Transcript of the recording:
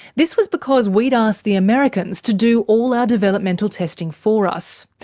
this was because we'd asked the americans to do all our developmental testing for us.